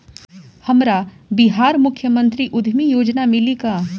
हमरा बिहार मुख्यमंत्री उद्यमी योजना मिली का?